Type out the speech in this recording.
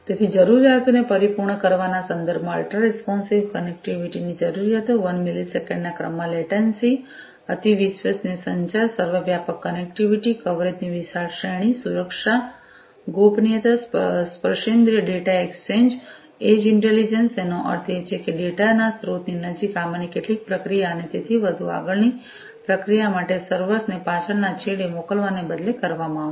તેથી જરૂરિયાતોને પરિપૂર્ણ કરવાના સંદર્ભમાં અલ્ટ્રા રિસ્પોન્સિવ કનેક્ટિવિટી ની જરૂરિયાતો 1 મિલીસેકન્ડ ના ક્રમમાં લેટન્સી અતિ વિશ્વસનીય સંચાર સર્વવ્યાપક કનેક્ટિવિટી કવરેજ ની વિશાળ શ્રેણી સુરક્ષા ગોપનીયતા સ્પર્શેન્દ્રિય ડેટા એક્સચેન્જ એજ ઇન્ટેલિજન્સ તેનો અર્થ એ છે કે ડેટા ના સ્ત્રોતની નજીક આમાંની કેટલીક પ્રક્રિયા અને તેથી વધુ આગળની પ્રક્રિયા માટે સર્વર્સ ને પાછળના છેડે મોકલવાને બદલે કરવામાં આવશે